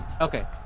Okay